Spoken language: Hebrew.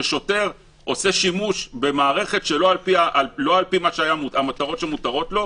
של שוטר שעשה שימוש במערכת שלא על פי מה שמותר לו.